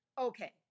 Okay